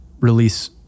release